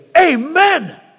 Amen